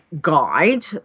guide